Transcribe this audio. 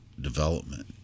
development